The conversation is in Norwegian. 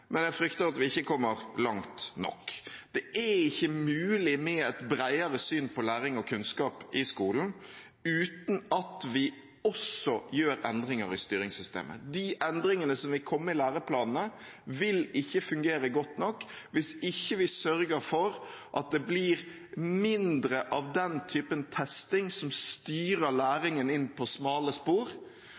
men jeg frykter at vi ikke kommer langt nok. Det er ikke mulig med et bredere syn på læring og kunnskap i skolen uten at vi også gjør endringer i styringssystemet. De endringene som vil komme i læreplanene, vil ikke fungere godt nok hvis vi ikke sørger for at det blir mindre av den typen testing som styrer læringen inn på smale spor,